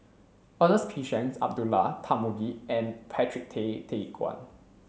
Ernest P Shanks Abdullah Tarmugi and Patrick Tay Teck Guan